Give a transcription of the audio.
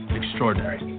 extraordinary